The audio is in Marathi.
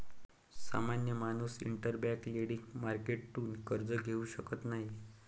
सामान्य माणूस इंटरबैंक लेंडिंग मार्केटतून कर्ज घेऊ शकत नाही